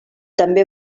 també